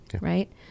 right